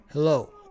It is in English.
Hello